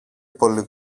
πολύ